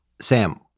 Sam